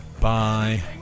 Bye